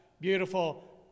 beautiful